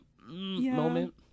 moment